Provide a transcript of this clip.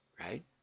right